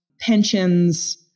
pensions